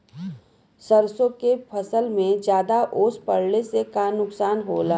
सरसों के फसल मे ज्यादा ओस पड़ले से का नुकसान होला?